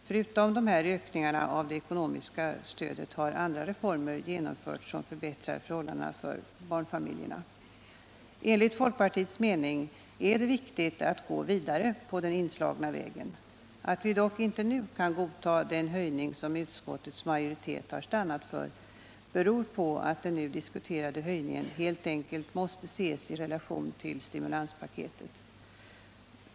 Förutom dessa ökningar av det ekonomiska stödet har andra reformer genomförts som förbättrar förhållandena för barnfamiljerna. Enligt folkpartiets mening är det viktigt att gå vidare på den inslagna vägen. Att vi dock inte nu kan godta den höjning som utskottets majoritet har stannat för beror på att den nu diskuterade höjningen helt enkelt måste ses i relation till stimulanspaketet.